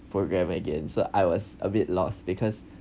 program again so I was a bit lost because